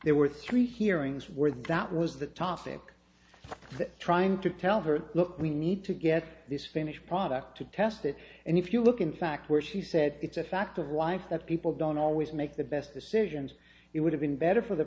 there were three hearings where that was the topic that trying to tell her look we need to get this finished product to test it and if you look in fact where she said it's a fact of life that people don't always make the best decisions it would have been better for the